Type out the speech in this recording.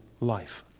life